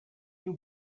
you